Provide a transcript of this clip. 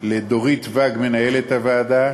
לדורית ואג, מנהלת הוועדה,